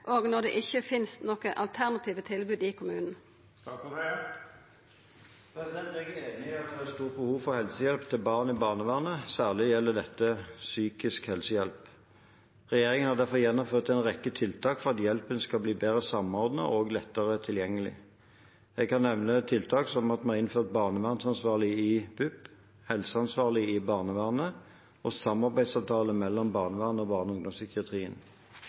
og når det ikke finnes noen alternative tilbud i kommunen?» Jeg er enig i at det er et stort behov for helsehjelp til barn i barnevernet, og særlig gjelder det psykisk helsehjelp. Regjeringen har derfor gjennomført en rekke tiltak for at hjelpen skal bli bedre samordnet og lettere tilgjengelig. Jeg kan nevne tiltak som at vi har innført barnevernsansvarlig i BUP, helseansvarlig i barnevernet og samarbeidsavtaler mellom barnevernet og barne- og ungdomspsykiatrien.